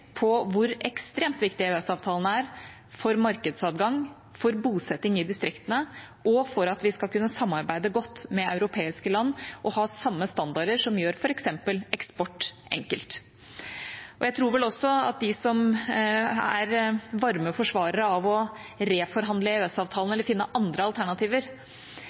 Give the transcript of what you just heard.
på hvor ekstremt viktig EØS-avtalen er for markedsadgang, for bosetting i distriktene, og for at vi skal kunne samarbeide godt med europeiske land og ha samme standarder, som gjør f.eks. eksport enkelt. Jeg tror også at de som er varme forsvarere av å reforhandle EØS-avtalen eller finne andre alternativer,